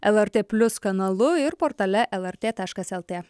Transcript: lrt plius kanalu ir portale lrt taškas lt